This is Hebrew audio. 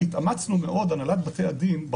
הנהלת בתי הדין,